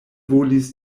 volis